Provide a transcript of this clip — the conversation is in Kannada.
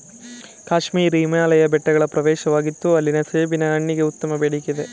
ಕಾಶ್ಮೀರ ಹಿಮಾಲಯ ಬೆಟ್ಟಗಳ ಪ್ರವೇಶವಾಗಿತ್ತು ಅಲ್ಲಿನ ಸೇಬಿನ ಹಣ್ಣಿಗೆ ಉತ್ತಮ ಬೇಡಿಕೆಯಿದೆ